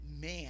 man